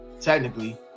technically